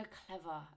clever